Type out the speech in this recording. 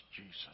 Jesus